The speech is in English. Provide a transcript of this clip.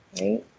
Right